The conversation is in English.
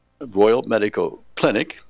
royalmedicalclinic